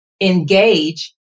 engage